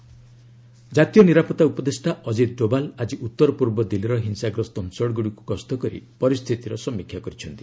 Doval Delhi violence ଜାତୀୟ ନିରାପତ୍ତା ଉପଦେଷ୍ଟା ଅଜିତ ଡୋଭାଲ୍ ଆଜି ଉତ୍ତରପୂର୍ବ ଦିଲ୍ଲୀର ହିଂସାଗ୍ରସ୍ତ ଅଞ୍ଚଳଗୁଡ଼ିକୁ ଗସ୍ତ କରି ପରିସ୍ଥିତିର ସମୀକ୍ଷା କରିଛନ୍ତି